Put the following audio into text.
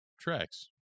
tracks